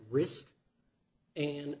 risk and